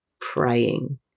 praying